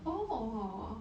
orh